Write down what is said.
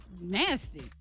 nasty